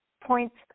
points